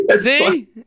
See